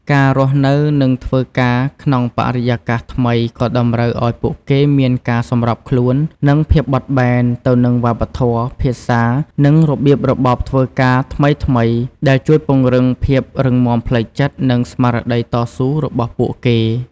ការរស់នៅ និងធ្វើការក្នុងបរិយាកាសថ្មីក៏តម្រូវឱ្យពួកគេមានការសម្របខ្លួន និងភាពបត់បែន ទៅនឹងវប្បធម៌ ភាសា និងរបៀបរបបធ្វើការថ្មីៗ ដែលជួយពង្រឹងភាពរឹងមាំផ្លូវចិត្ត និងស្មារតីតស៊ូរបស់ពួកគេ។